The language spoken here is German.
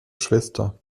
schwester